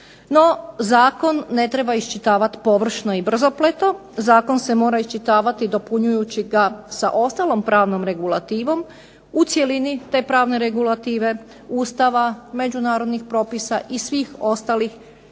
No, zakon ne treba iščitavati površno i brzopleto. Zakon se mora iščitavati dopunjujući ga sa ostalom pravnom regulativom u cjelini te pravne regulative, Ustava, međunarodnih propisa i svih ostalih zakona